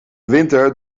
winter